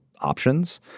options